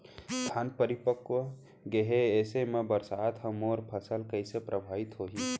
धान परिपक्व गेहे ऐसे म बरसात ह मोर फसल कइसे प्रभावित होही?